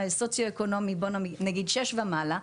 בסוציו אקונומי שש ומעלה,